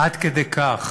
עד כדי כך